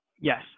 Yes